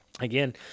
Again